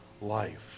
life